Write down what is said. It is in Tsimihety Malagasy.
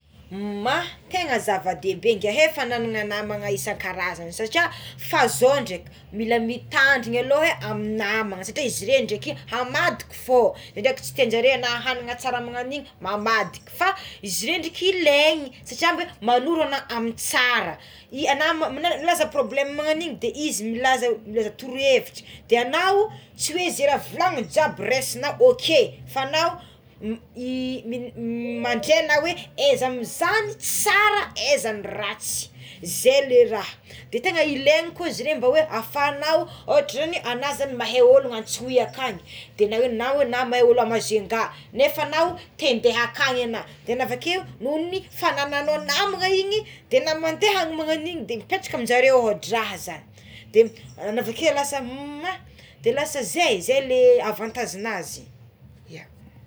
Maha tegna zava dehibe ny fanana namana isan-karazany satria fa zao ndreky mila mintandrina aloh a amign'ny namana satry izy regny hamadika fogna itako tsy tianjare enao ra manana tsara namana igny mamadika fa izy reo ndreky ilagna jiaby manoro ana amigny tsara, i agna ma man milaza problema magnagno agnigny de izy de milaza torohevitra de agnao tsy oe ze raha volagny jiaby raisinao, ok fa agnao mi m- mandray na oé aiza amign'izany ny tsara aiza ny ratsy zay le raha de tegna ilaina koa zareo mba afahanao otry zagny eo agnao zagny mahay olo Antsohihy oe akany na oe mahay olo Majunga nefa agnao te ndeha akany agnao de navakeo ny fananao namany igny de na mandeha agny namanao igny de mipetraka zareo otrazy zagny navakeo lasa ma de lasa zay le avantazinazy.